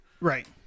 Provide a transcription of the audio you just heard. Right